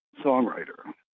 songwriter